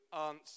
answer